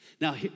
Now